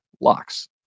locks